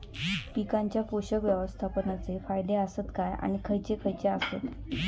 पीकांच्या पोषक व्यवस्थापन चे फायदे आसत काय आणि खैयचे खैयचे आसत?